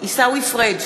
עיסאווי פריג'